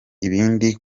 ndi